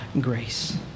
grace